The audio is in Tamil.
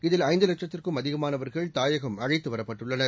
இதில் ஐந்துலட்சத்திற்கும் அதிகமானவர்கள் தாயகம் அழைத்துவரப்பட்டுள்ளனர்